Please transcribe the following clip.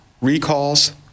recalls